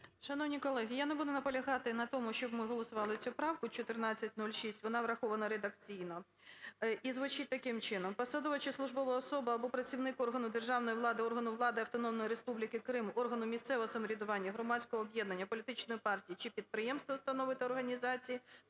Шановні колеги, я не буду наполягати на тому, щоб ми голосували цю правку, 1406, вона врахована редакційно і звучить таким чином: "посадова чи службова особа або працівник органу державної влади, органу влади Автономної Республіки Крим, органу місцевого самоврядування, громадського об'єднання, політичної партії чи підприємства, установи та організації